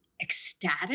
ecstatic